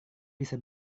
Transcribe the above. bisa